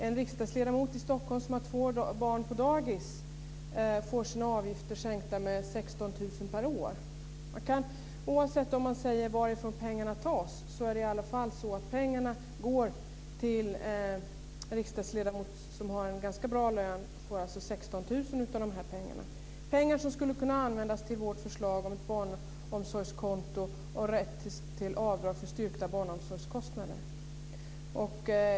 En riksdagsledamot i Stockholm som har två barn på dagis får sina avgifter sänkta med 16 000 kr per år. Oavsett varifrån pengarna tas går dessa 16 000 till en person som har en ganska bra lön. Det är pengar som skulle kunna användas för att finansiera vårt förslag om barnomsorgskonto och rätt till avdrag för styrkta barnomsorgskostnader.